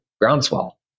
groundswell